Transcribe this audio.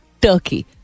Turkey